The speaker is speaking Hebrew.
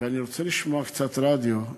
ואני רוצה לשמוע קצת רדיו,